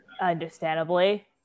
Understandably